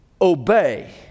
obey